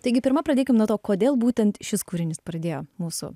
taigi pirma pradėkim nuo to kodėl būtent šis kūrinys pradėjo mūsų